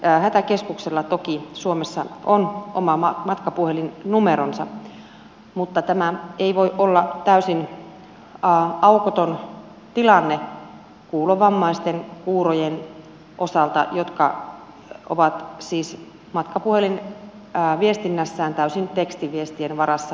jokaisella hätäkeskuksella toki suomessa on oma matkapuhelinnumeronsa mutta tämä ei voi olla täysin aukoton tilanne kuulovammaisten kuurojen osalta jotka ovat siis matkapuhelinviestinnässään täysin tekstiviestien varassa